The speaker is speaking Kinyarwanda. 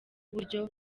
buryo